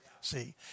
See